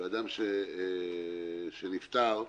ואדם שנפטר,